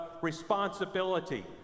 responsibility